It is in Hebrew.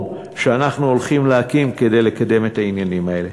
שאנחנו הולכים להקים כדי לקדם את העניינים האלה.